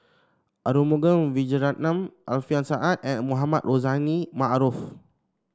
Arumugam Vijiaratnam Alfian Sa'at and Mohamed Rozani Maarof